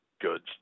goods